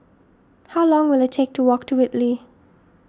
how long will it take to walk to Whitley